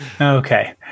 Okay